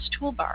toolbar